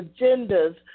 agendas